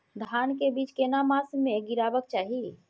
धान के बीज केना मास में गीराबक चाही?